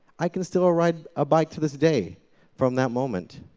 i can still ah ride a bike to this day from that moment.